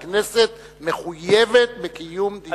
כשהכנסת מחויבת בקיום דיון ציבורי.